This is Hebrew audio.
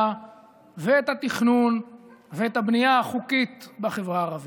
ואת התכנון ואת הבנייה החוקית בחברה הערבית.